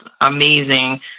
amazing